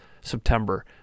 September